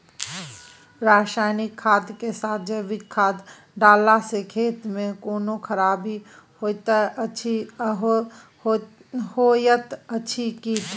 रसायनिक खाद के साथ जैविक खाद डालला सॅ खेत मे कोनो खराबी होयत अछि कीट?